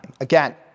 again